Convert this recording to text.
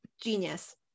Genius